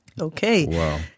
okay